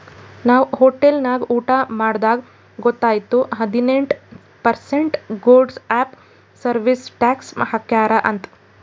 ನಾವ್ ಹೋಟೆಲ್ ನಾಗ್ ಊಟಾ ಮಾಡ್ದಾಗ್ ಗೊತೈಯ್ತು ಹದಿನೆಂಟ್ percent goods and service tax ಹಾಕ್ಯಾರ್ ಅಂತ್